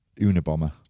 Unabomber